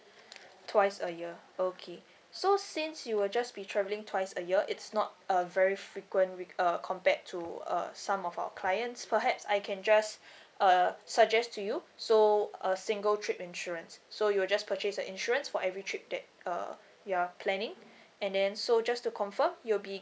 twice a year okay so since you will just be travelling twice a year it's not a very frequent trip uh compared to uh some of our clients perhaps I can just uh suggest to you so a single trip insurance so you will just purchase the insurance for every trip that uh you are planning and then so just to confirm you'll be